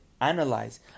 analyze